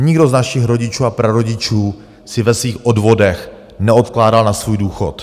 Nikdo z našich rodičů a prarodičů si ve svých odvodech neodkládal na svůj důchod.